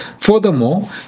Furthermore